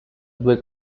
due